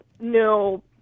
No